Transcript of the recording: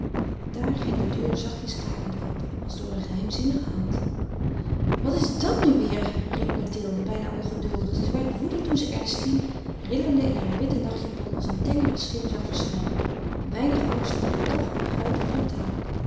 daar ging de deur zachtjes krakend open als door een geheimzinnige hand wat is dat nu weêr riep mathilde bijna ongeduldig en ze werd woedend toen ze ernestine rillende in haar witte nachtjapon als een tengere schim zag verschijnen een weinig angstig en toch